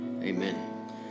Amen